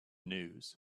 news